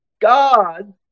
God